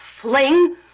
fling